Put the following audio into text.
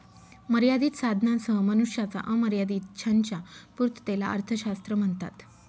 मर्यादित साधनांसह मनुष्याच्या अमर्याद इच्छांच्या पूर्ततेला अर्थशास्त्र म्हणतात